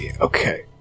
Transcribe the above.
Okay